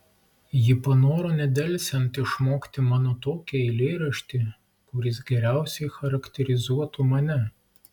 ji panoro nedelsiant išmokti mano tokį eilėraštį kuris geriausiai charakterizuotų mane